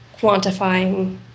quantifying